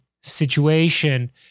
situation